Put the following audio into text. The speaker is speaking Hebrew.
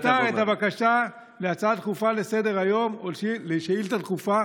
לאשר לאלתר את הבקשה להצעה דחופה לסדר-היום ולשאילתה דחופה